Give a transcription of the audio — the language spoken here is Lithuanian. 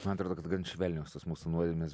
man atrodo kad gan švelnios tos mūsų nuodėmės